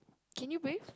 can you bathe